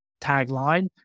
tagline